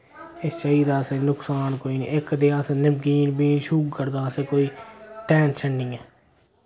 इस चा दा असें नुक्सान कोई नि इक ते अस नमकीन बीन शुगर दा असें कोई टैंशन नि ऐ